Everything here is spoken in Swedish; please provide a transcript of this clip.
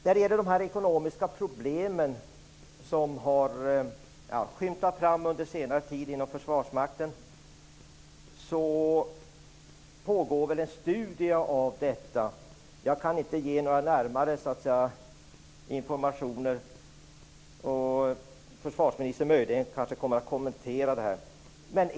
Det pågår en studie av de ekonomiska problem som på senare tid har skymtat fram inom Försvarsmakten. Jag kan inte ge någon närmare information om det. Möjligen kommer försvarsministern att kommentera saken.